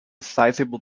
sizable